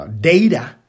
data